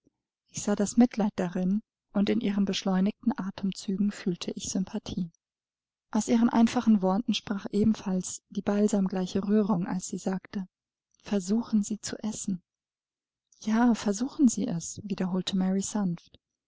ich sah das mitleid darin und in ihren beschleunigten atemzügen fühlte ich sympathie aus ihren einfachen worten sprach ebenfalls die balsamgleiche rührung als sie sagte versuchen sie zu essen ja versuchen sie es wiederholte mary sanft